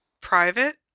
Private